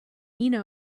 mina